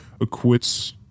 acquits